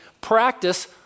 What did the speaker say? practice